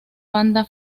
banda